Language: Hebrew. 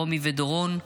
רומי ודורון,